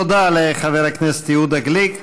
תודה לחבר הכנסת יהודה גליק.